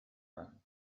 run